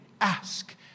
ask